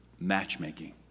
matchmaking